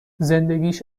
زندگیش